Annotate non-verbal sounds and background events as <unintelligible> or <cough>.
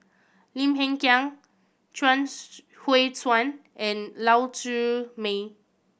Lim Hng Kiang Chuang <unintelligible> Hui Tsuan and Lau Siew Mei